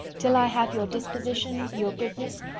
till i have your disposition, your goodness,